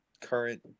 current